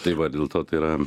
tai va dėl to tai yra